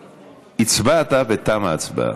הצבעת, ותמה ההצבעה.